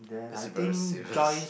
is it very serious